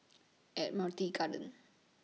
Admiralty Garden